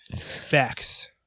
facts